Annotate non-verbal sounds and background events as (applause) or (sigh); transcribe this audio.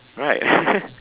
right (laughs)